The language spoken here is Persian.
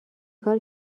کار